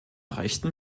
rechten